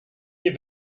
hier